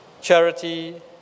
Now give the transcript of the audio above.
Charity